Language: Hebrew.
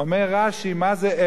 אומר רש"י, מה זה עץ?